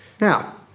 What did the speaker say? Now